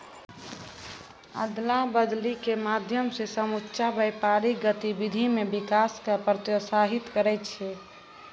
अदला बदली के माध्यम से समुच्चा व्यापारिक गतिविधि मे विकास क प्रोत्साहित करै छै